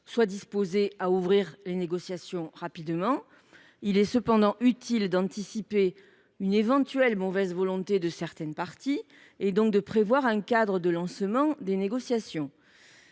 sont disposées à ouvrir les négociations rapidement. Il est cependant utile d’anticiper une éventuelle mauvaise volonté de certaines parties et donc de prévoir un cadre de lancement des négociations.